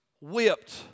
whipped